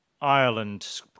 Ireland